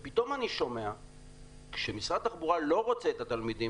פתאום אני שומע שמשרד התחבורה לא רוצה את התלמידים